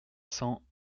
cents